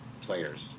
players